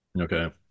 Okay